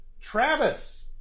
Travis